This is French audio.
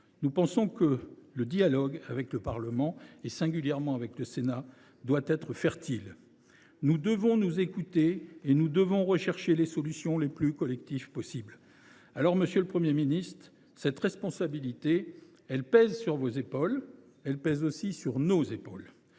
Nous pensons que le dialogue avec le Parlement – et singulièrement avec le Sénat – doit être fertile. Nous devons nous écouter mutuellement et rechercher les solutions les plus collectives possible. Monsieur le Premier ministre, cette responsabilité pèse sur vos épaules. Elle pèse aussi sur les nôtres.